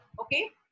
Okay